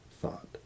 thought